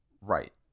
Right